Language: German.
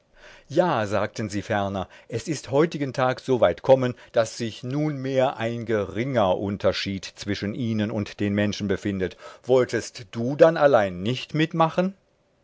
ja sagten sie ferner es ist heutigentags so weit kommen daß sich nunmehr ein geringer unterscheid zwischen ihnen und den menschen befindet wolltest du dann allein nicht mitmachen